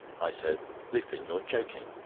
i said lupin, you are joking.